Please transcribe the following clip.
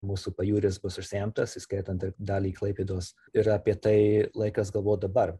mūsų pajūris bus užsemtas įskaitant ir dalį klaipėdos ir apie tai laikas galvot dabar